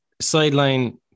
sideline